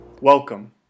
Welcome